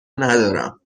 ندارم